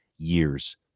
Years